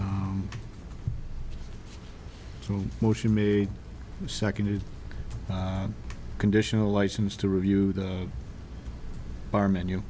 some motion made seconded conditional license to review the bar menu